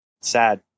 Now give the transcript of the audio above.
Sad